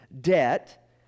debt